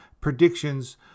predictions